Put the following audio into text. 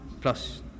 Plus